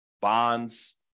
bonds